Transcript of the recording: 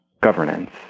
governance